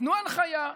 נתנו הנחיה,